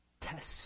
Test